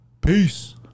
Peace